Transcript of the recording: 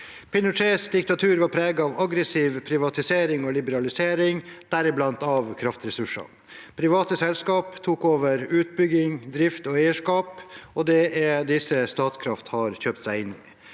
Pinochets diktatur var preget av aggressiv privatisering og liberalisering, deriblant av kraftressursene. Private selskap tok over utbygging, drift og eierskap, og det er disse Statkraft har kjøpt seg inn i.